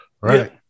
Right